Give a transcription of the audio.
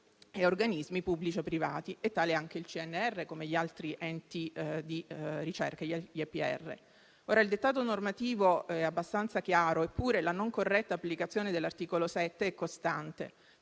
e organismi pubblici o privati (e tale è anche il CNR, come gli altri enti pubblici di ricerca). Il dettato normativo è abbastanza chiaro, eppure la non corretta applicazione dell'articolo 7 è costante,